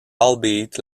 albeit